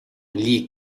gli